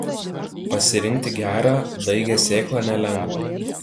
pasirinkti gerą daigią sėklą nelengva